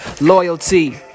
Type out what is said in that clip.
loyalty